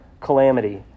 calamity